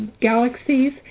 galaxies